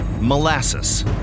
molasses